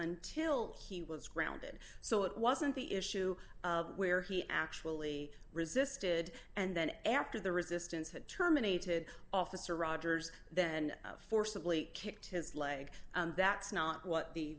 until he was grounded so it wasn't the issue where he actually resisted and then after the resistance had terminated officer rogers then forcibly kicked his leg and that's not what the